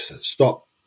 stop